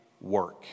work